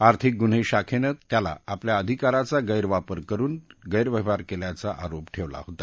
आर्थिक गुन्हे शाखे नेत्याला आपल्या अधिकाराचा गैरवापर करुन गैरव्यवहार केल्याचा आरोप ठेवला होता